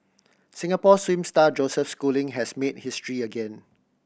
Singapore swim star Joseph Schooling has made history again